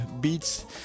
beats